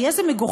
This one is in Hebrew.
שיהיה זה מגוחך